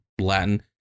latin